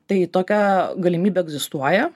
tai tokia galimybė egzistuoja